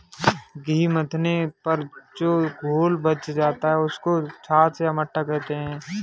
घी मथने पर जो घोल बच जाता है, उसको छाछ या मट्ठा कहते हैं